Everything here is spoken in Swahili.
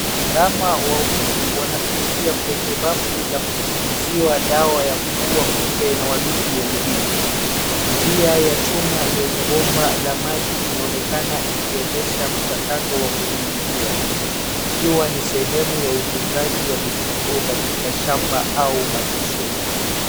Ndama wawili wanapitia kwenye bafu la kunyunyiziwa dawa ya kuua kupe na wadudu wengine. Njia ya chuma yenye bomba la maji inaonekana ikiendesha mchakato wa kunyunyizia ikiwa ni sehemmu ya utunzaji wa mifugo katika shamba au malisho.